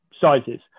sizes